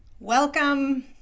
Welcome